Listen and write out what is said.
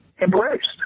embraced